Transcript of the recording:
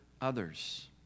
others